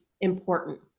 important